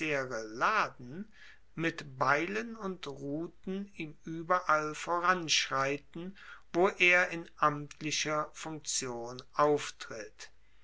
mit beilen und ruten ihm ueberall voranschreiten wo er in amtlicher funktion auftritt